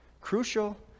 Crucial